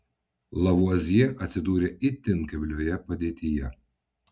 lavuazjė atsidūrė itin keblioje padėtyje